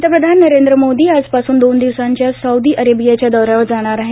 पंतप्रधान नरेंद्र मोदी आजपासून दोन दिवसांच्या सौदी अरेबियाच्या दौऱ्यावर जाणार आहेत